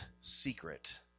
secret